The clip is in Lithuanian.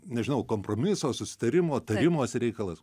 nežinau kompromiso susitarimo tarimosi reikalas